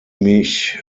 mich